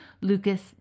Lucas